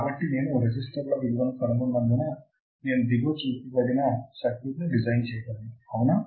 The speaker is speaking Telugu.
కాబట్టి నేను రెసిస్టర్ల విలువను కనుగొన్నందున నేను దిగువ చూపబడిన సర్క్యూట్ను డిజైన్ చేయగలను అవునా